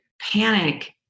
panic